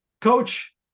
Coach